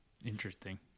Interesting